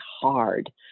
hard